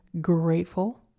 grateful